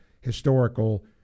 historical